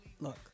look